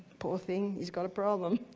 poor thing he's got a problem.